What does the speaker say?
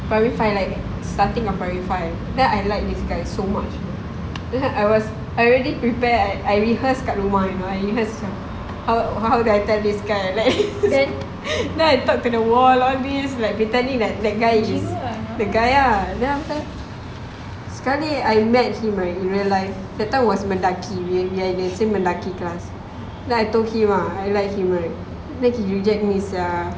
primary five right starting of primary five I like this guy so much then I was I already prepared I rehearse kat rumah you know I rehearse how do I tell this guy then then I talk to the wall all this like pretending like that guy is the guy ah then after that sekali I met him in real life that time was Mendaki so Mendaki class then I told him ah I like him right then he reject me sia